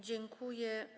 Dziękuję.